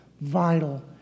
vital